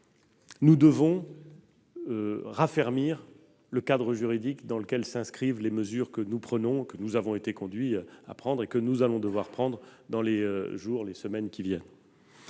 nous devons raffermir le cadre juridique dans lequel s'inscrivent les mesures que nous avons été conduits à prendre et que nous devrons prendre dans les jours et les semaines à venir.